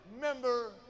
member